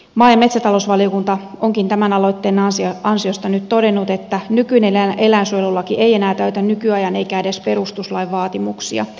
maa ja metsätalousvaliokunta onkin tämän aloitteen ansiosta nyt todennut että nykyinen eläinsuojelulaki ei enää täytä nykyajan eikä edes perustuslain vaatimuksia